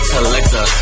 Collector